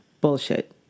bullshit